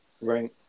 right